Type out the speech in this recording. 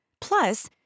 Plus